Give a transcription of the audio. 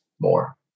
more